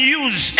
use